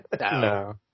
No